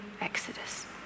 Exodus